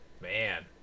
Man